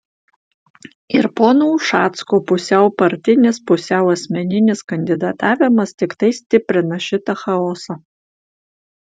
ir pono ušacko pusiau partinis pusiau asmeninis kandidatavimas tiktai stiprina šitą chaosą